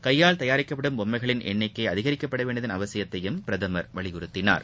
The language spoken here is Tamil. கையால் தயாரிக்கப்படும் பொம்மைகளின் எண்னிக்கை அதிகிக்கப்பட வேண்டியதன் அவசியத்தையும் பிரதமள் வலியுறுத்தினார்